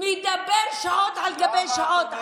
שאתה מדבר שעות על גבי שעות.